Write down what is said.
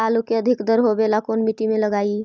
आलू के अधिक दर होवे ला कोन मट्टी में लगीईऐ?